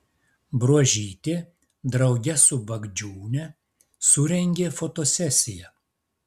bruožytė drauge su bagdžiūne surengė fotosesiją